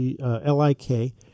L-I-K